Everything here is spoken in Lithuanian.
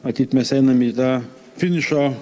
matyt mes einame į tą finišo